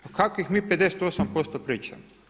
O kakvih mi 58% pričamo?